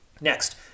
Next